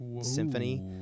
Symphony